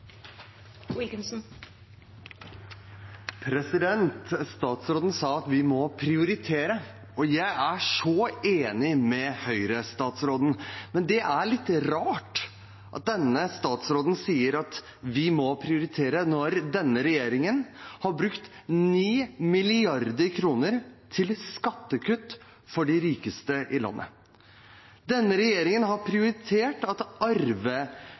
så enig med Høyre-statsråden. Men det er litt rart at denne statsråden sier at vi må prioritere, når denne regjeringen har brukt 9 mrd. kr på skattekutt for de rikeste i landet. Denne regjeringen har prioritert at